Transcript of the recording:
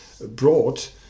brought